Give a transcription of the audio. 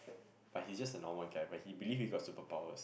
but he's just a normal guy but he believe he got superpowers